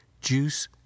juice